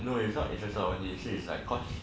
no leh it's not interested all these so it's like cause